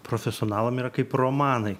profesionalam yra kaip romanai